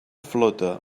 flota